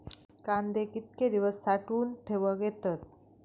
कांदे कितके दिवस साठऊन ठेवक येतत?